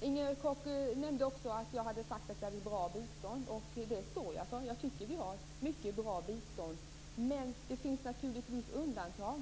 Inger Koch nämnde att jag hade sagt att Sverige har ett bra bistånd. Det står jag för - jag tycker att Sverige har ett mycket bra bistånd. Men det finns naturligtvis undantag.